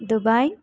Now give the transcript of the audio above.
Dubai